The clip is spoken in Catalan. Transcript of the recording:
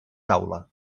taula